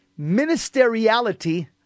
ministeriality